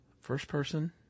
First-person